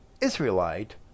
Israelite